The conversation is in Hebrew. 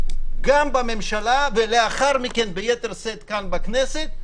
גם בממשלה ולאחר מכן ביתר שאת כאן בכנסת,